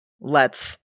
Let's-